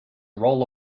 roll